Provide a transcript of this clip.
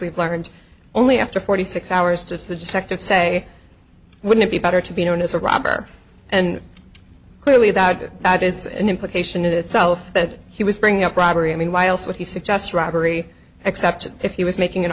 we've learned only after forty six hours to the detective say wouldn't it be better to be known as a robber and clearly that that is an implication in itself that he was bringing up robbery i mean why else would he suggest robbery except if he was making an